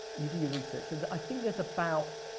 you did your research. i think there's about,